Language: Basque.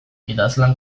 idazlan